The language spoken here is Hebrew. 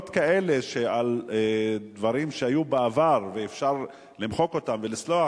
כאלה על דברים שהיו בעבר ואפשר למחוק אותן ולסלוח,